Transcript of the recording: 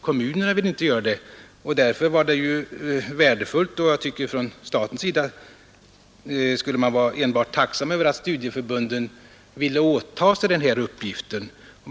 Kommunerna ville inte göra det. Därför var det värdefullt, och det tycker jag att man från statens sida skulle vara enbart tacksam för, att studieförbunden ville åta sig denna uppgift.